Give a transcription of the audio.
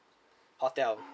hotel